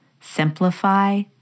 Simplify